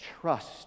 trust